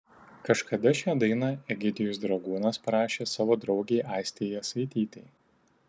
kažkada šią dainą egidijus dragūnas parašė savo draugei aistei jasaitytei